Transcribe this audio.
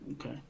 Okay